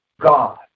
God